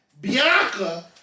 Bianca